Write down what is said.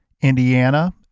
Indiana